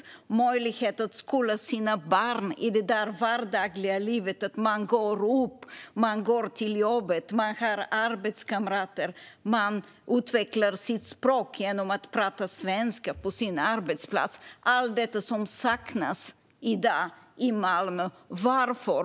De fick då möjlighet att skola sina barn i det vardagliga livet som handlar om att man går upp, går till jobbet, har arbetskamrater och utvecklar sitt språk genom att prata svenska på sin arbetsplats. Allt detta saknas i dag i Malmö. Varför?